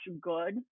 good